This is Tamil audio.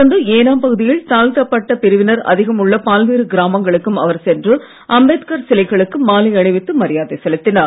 தொடர்ந்து ஏனாம் பகுதியில் தாழ்த்தப்பட்ட பிரிவினர் அதிகம் உள்ள பல்வேறு கிராமங்களுக்கும் அவர் சென்று அம்பேத்கர் சிலைகளுக்கு மாலை அணிவித்து மரியாதை செலுத்தினார்